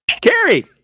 Gary